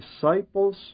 disciples